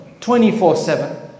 24-7